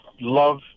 love